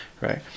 Right